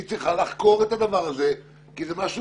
היא צריכה לחקור את הדבר הזה כי זה משהו